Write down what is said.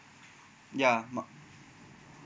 ya mark